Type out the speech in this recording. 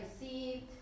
received